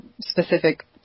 specific